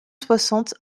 soixante